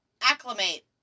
acclimate